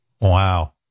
Wow